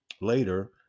later